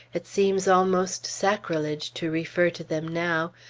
it seems almost sacrilege to refer to them now.